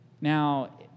Now